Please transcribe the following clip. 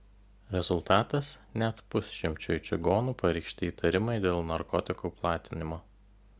rezultatas net pusšimčiui čigonų pareikšti įtarimai dėl narkotikų platinimo